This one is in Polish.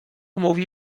mówi